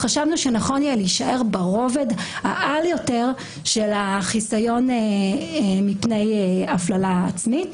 חשבנו שנכון יהיה להישאר ברובד העל יותר של החיסיון מפני הפללה עצמית.